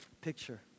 picture